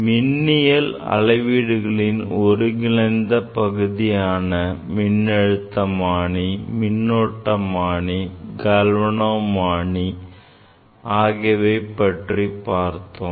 மின்னியல் அளவீடுகளின் ஒருங்கிணைந்த பகுதியான மின்னழுத்தமானி மின்னோட்டமானி கல்வனோமானி ஆகியவை பற்றிப் பார்த்தோம்